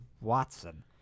Watson